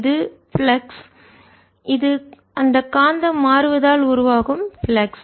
இது பிளக்ஸ் பாய்வு இது அந்த காந்தம் மாறுவதால் உருவாகும் பிளக்ஸ்